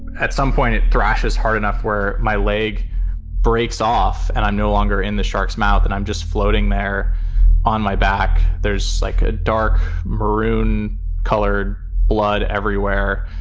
at some point, it thrashes hard enough where my leg breaks off and i'm no longer in the shark's mouth and i'm just floating there on my back. there's like a dark, maroon colored blood everywhere.